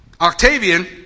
Octavian